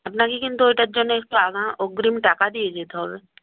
আপনাকে কিন্তু ওইটার জন্যে একটু আগাম অগ্রিম টাকা দিয়ে যেতে হবে